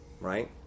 Right